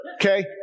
okay